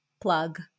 Plug